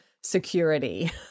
security